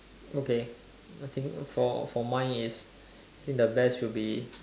okay I think for for mine is I think the best would be